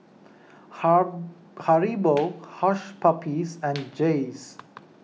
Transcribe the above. Haribo Hush Puppies and Jays